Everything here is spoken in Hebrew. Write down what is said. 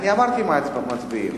אני אמרתי מה מצביעים.